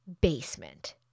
basement